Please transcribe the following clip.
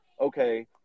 okay